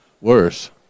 worse